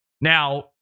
Now